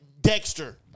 Dexter